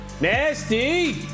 Nasty